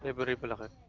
ah but replied